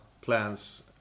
plans